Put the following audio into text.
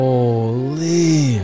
Holy